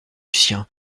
sien